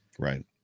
Right